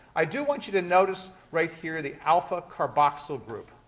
i do want you to notice right here the alpha carboxyl group.